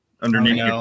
underneath